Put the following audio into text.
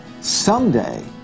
someday